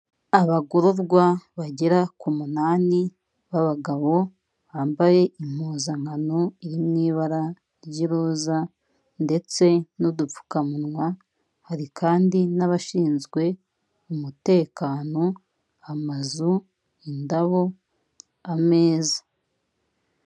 Abagororwa bagera ku munani b'abagabo bambaye impuzankano iri mu ibara ry'iroza ndetse n'udupfukamunwa hari kandi n'abashinzwe umutekano, amazu, indabo, ameza.